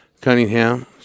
Cunningham